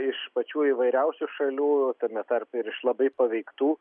iš pačių įvairiausių šalių tame tarpe ir iš labai paveiktų